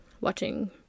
watching